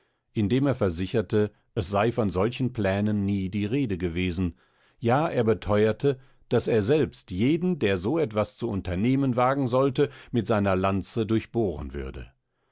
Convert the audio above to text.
indem er versicherte es sei von solchen plänen nie die rede gewesen ja er beteuerte daß er selbst jeden der so etwas zu unternehmen wagen sollte mit seiner lanze durchbohren würde